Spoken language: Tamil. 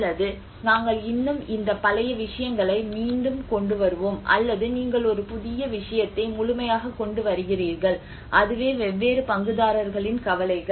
அல்லது நாங்கள் இன்னும் இந்த பழைய விஷயங்களை மீண்டும் கொண்டு வருவோம் அல்லது நீங்கள் ஒரு புதிய விஷயத்தை முழுமையாக கொண்டு வருகிறீர்கள் அதுவே வெவ்வேறு பங்குதாரர்களின் கவலைகள்